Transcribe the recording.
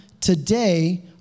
today